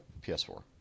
PS4